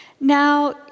Now